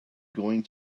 going